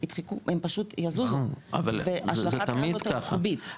הם פשוט יזוזו --- אבל זה תמיד ככה,